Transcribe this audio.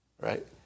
right